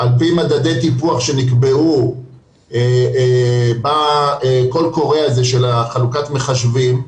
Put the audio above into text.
על פי מדדי טיפוח שנקבעו בקול קורא של חלוקת מחשבים,